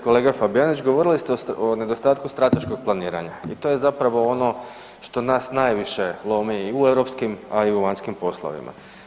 Kolega Fabijanić, govorili ste o nedostatku strateškog planiranja i to je zapravo ono što nas najviše lomi i u europskim, a i u vanjskim poslovima.